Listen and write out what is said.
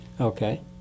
Okay